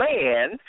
man